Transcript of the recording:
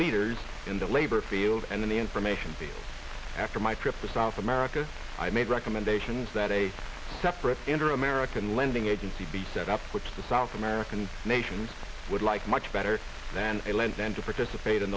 leaders in the labor field and in the information base after my trip to south america i made recommendations that a separate enter american lending agency be set up which the south american nations would like much better than lend then to participate in